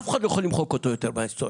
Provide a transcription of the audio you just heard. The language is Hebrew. אף אחד לא יוכל למחוק אותו יותר בהיסטוריה.